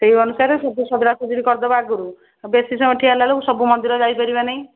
ସେଇ ଅନୁସାରେ ସବୁ ସଜଡ଼ା ସଜଡ଼ି କରିଦବା ଆଗରୁ ଆଉ ବେଶୀ ସମୟ ଠିଆ ହେଲା ବେଳକୁ ସବୁ ମନ୍ଦିର ଯାଇପାରିବା ନାଇଁ